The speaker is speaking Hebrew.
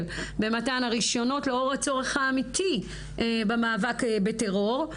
במתן הרישיונות לאור הצורך האמיתי במאבק בטרור.